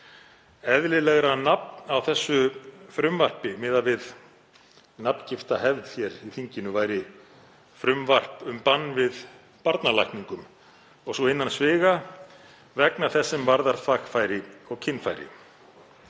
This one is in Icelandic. Eðlilegra nafn á þessu frumvarpi, miðað við nafngiftahefð hér í þinginu, væri „frumvarp um bann við barnalækningum“ og svo innan sviga „vegna þess sem varðar þvagfæri og kynfæri“,